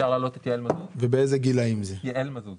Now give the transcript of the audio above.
ומה חתך